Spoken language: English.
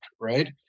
right